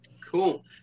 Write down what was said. Cool